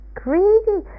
greedy